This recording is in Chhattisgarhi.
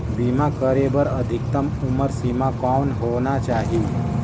बीमा करे बर अधिकतम उम्र सीमा कौन होना चाही?